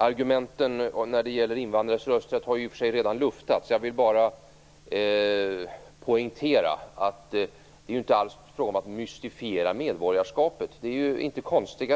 Herr talman! Argumenten som gäller invandrares rösträtt har i och för sig redan luftats. Jag vill bara poängtera att det inte alls är fråga om att mystifiera medborgarskapet. Detta är inte konstigt.